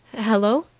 hello!